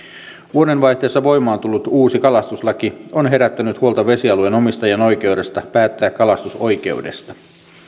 vuodenvaihteessa voimaan tullut uusi kalastuslaki on herättänyt huolta vesialueen omistajan oikeudesta päättää kalastusoikeudesta